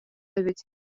эбит